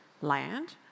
land